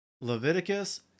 Leviticus